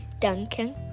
Duncan